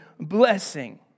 blessing